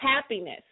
happiness